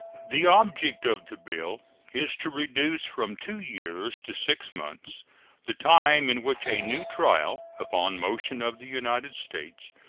the object of the bill is to reduce from two years to six months the time in which a new trial, upon motion of the united states,